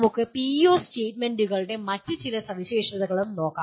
നമുക്ക് പിഇഒ സ്റ്റേറ്റ്മെന്റുകളുടെ മറ്റ് ചില സവിശേഷതകളും നോക്കാം